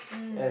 mm